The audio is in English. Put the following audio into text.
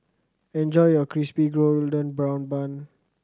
enjoy your Crispy Golden Brown Bun